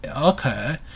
okay